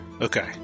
Okay